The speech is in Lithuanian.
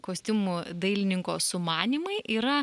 kostiumų dailininko sumanymai yra